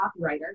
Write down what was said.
copywriter